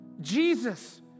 Jesus